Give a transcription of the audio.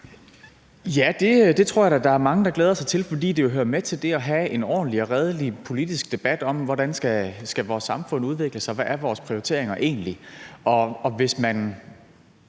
Ja, det tror jeg da at der er mange der glæder sig til, fordi det jo hører med til det at have en ordentlig og redelig politisk debat om, hvordan vores samfund skal udvikle sig, og hvad vores prioriteringer egentlig er. Og hvis vi